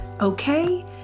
Okay